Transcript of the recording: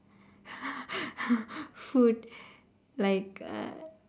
food like uh